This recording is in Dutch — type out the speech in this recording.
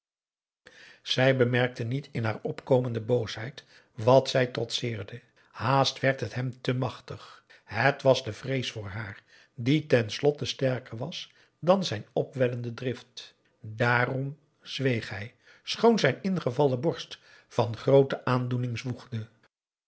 zij bemerkte niet in haar opkomende boosheid wat zij trotseerde haast werd het hem te machtig het was de vrees voor haar die ten slotte sterker was dan zijn opwellende drift dààrom zweeg hij schoon zijn ingevallen borst van groote aandoening